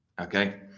Okay